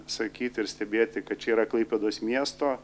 sakyti ir stebėti kad čia yra klaipėdos miesto